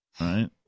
right